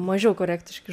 mažiau korektiški